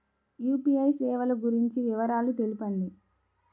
UPI సేవలు గురించి వివరాలు తెలుపండి?